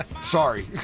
Sorry